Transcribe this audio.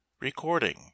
Recording